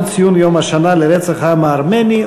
בנושא ציון יום השנה לרצח העם הארמני.